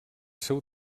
seu